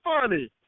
funny